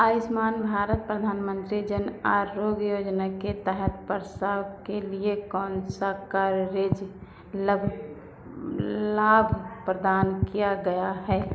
आयुष्मान भारत प्रधानमन्त्री जन आरोग्य योजना के तहत प्रसव के लिए कौन सा कवरेज़ लभ लाभ प्रदान किया गया है